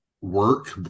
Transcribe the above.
work